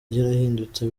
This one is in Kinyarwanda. yarahindutse